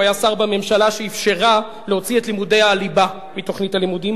הוא היה שר בממשלה שאפשרה להוציא את לימודי הליבה מתוכנית הלימודים,